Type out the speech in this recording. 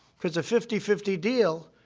because a fifty fifty deal,